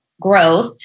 growth